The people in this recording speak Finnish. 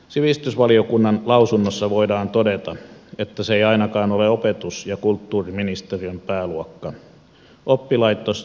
sivistysvaliokunnan lausunnossa voidaan todeta että se ei ainakaan ole opetus ja kulttuuriministeriön pääluokka